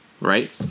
right